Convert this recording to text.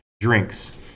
drinks